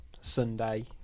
Sunday